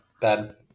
Ben